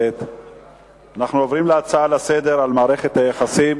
אנחנו עוברים להצעות לסדר-היום על מערכת היחסים